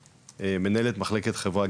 מנהלת מחלקת חברה,